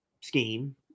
scheme